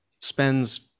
spends